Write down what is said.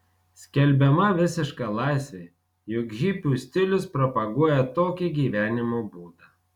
skelbiama visiška laisvė juk hipių stilius propaguoja tokį gyvenimo būdą